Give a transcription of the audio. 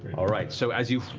all right. so as you